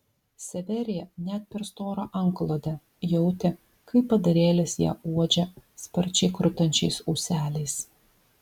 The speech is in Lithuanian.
severija net per storą antklodę jautė kaip padarėlis ją uodžia sparčiai krutančiais ūseliais